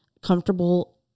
comfortable